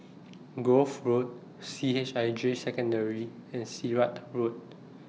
Grove Road C H I J Secondary and Sirat Road